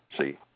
See